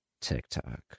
TikTok